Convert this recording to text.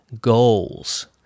goals